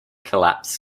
collapse